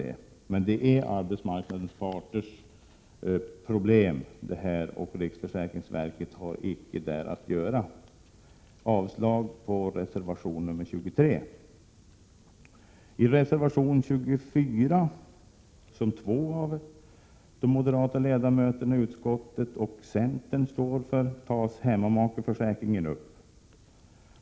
Detta är som sagt arbetsmarknadens parters problem, och riksförsäkringsverket har icke där att göra. Avslag på reservation 23. I reservation 24, som två av de moderata ledamöterna i utskottet och centern står för, tas hemmamakeförsäkringen upp.